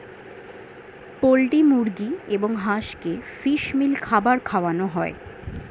poultry মুরগি এবং হাঁসকে ফিশ মিল খাবার খাওয়ানো হয়